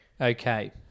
Okay